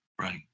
Right